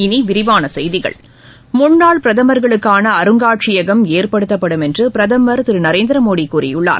இனி விரிவான செய்திகள் முன்னாள் பிரதமர்களுக்கான அருங்காட்சியம் ஏற்படுத்தப்படும் என்று பிரதமர் திரு நரேந்திர மோடி கூறியுள்ளார்